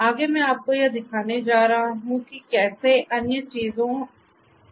आगे मैं आपको यह दिखाने जा रहा हूं कि कैसे अन्य चीजें की जा सकती है